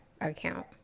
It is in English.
account